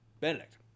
Benedict